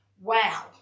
wow